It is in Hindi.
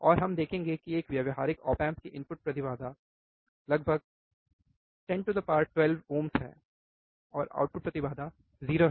और हम देखेंगे कि एक व्यावहारिक ऑप एम्प की इनपुट प्रतिबाधा का लगभग 1012 ohms है और आउटपुट प्रतिबाधा 0 है